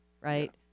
right